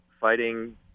fighting